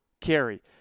carry